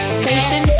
station